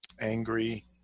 angry